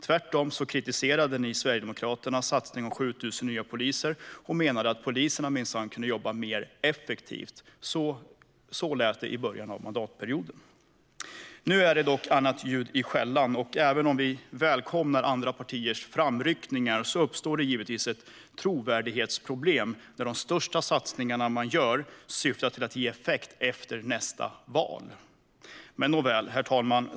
Tvärtom kritiserade man Sverigedemokraternas satsning om 7 000 nya poliser och menade att poliserna minsann kunde jobba mer effektivt. Så lät det i början av mandatperioden. Nu är det annat ljud i skällan. Även om vi välkomnar andra partiers framryckningar uppstår givetvis ett trovärdighetsproblem när de största satsningarna man gör syftar till att ge effekt först efter nästa val. Herr talman!